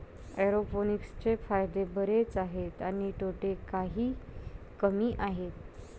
एरोपोनिक्सचे फायदे बरेच आहेत आणि तोटे काही कमी आहेत